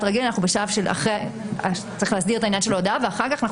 רגיל שצריך להסדיר את העניין של ההודאה ואחר כך אנחנו